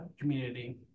community